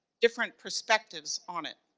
different perspectives on it.